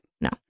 No